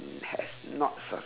has not success